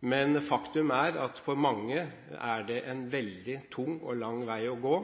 Men faktum er at for mange er det en veldig tung og lang vei å gå.